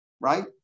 right